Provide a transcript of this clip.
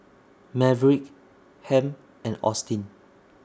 Maverick Hamp and Austin